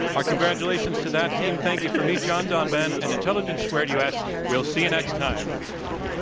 our congratulations to that team. thank you from me, john donvan, and intelligence squared u. s. we'll see you next time.